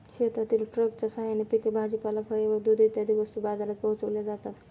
शेतातील ट्रकच्या साहाय्याने पिके, भाजीपाला, फळे व दूध इत्यादी वस्तू बाजारात पोहोचविल्या जातात